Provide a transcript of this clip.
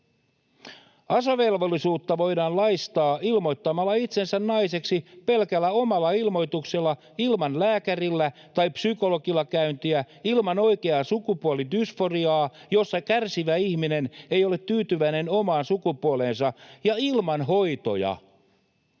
Asevelvollisuudesta voi laistaa ilmoittamalla itsensä naiseksi pelkällä omalla ilmoituksella ilman lääkärillä tai psykologilla käyntiä, ilman oikeaa sukupuolidysforiaa, jossa kärsivä ihminen ei ole tyytyväinen omaan sukupuoleensa, ja ilman hoitoja.